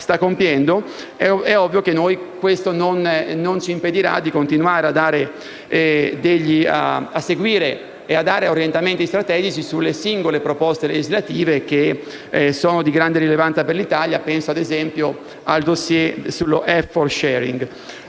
compiendo. Questo non ci impedirà di continuare a seguire e fornire orientamenti strategici sulle singole proposte legislative, che sono di grande rilevanza per l'Italia. Penso ad esempio al *dossier* sull'Effort sharing.